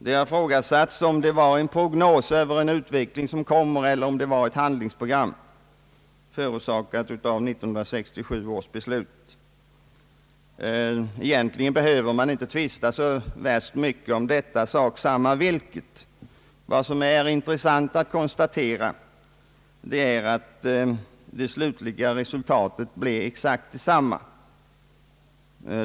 Det har ifrågasatts om det var en prognos över en utveckling som kommer eller om det var ett handlingsprogram baserat på 1967 års beslut. Egentligen behöver man inte tvista om detta. Vad som är intressant är att det slutliga resultatet är exakt detsamma, som en uppföljning av 1967 års beslut leder fram till.